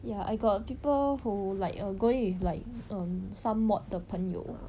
ya I got people who like err going with like err some mod 的朋友